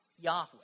Yahweh